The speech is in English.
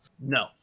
No